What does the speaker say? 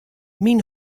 myn